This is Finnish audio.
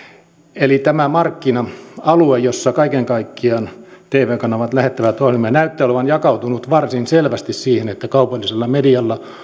eli tämä markkina alue jossa kaiken kaikkiaan tv kanavat lähettävät ohjelmia näyttää olevan jakautunut varsin selvästi siihen että kaupallisella medialla